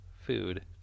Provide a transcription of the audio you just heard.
food